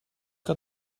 que